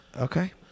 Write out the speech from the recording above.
Okay